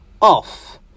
off